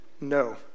no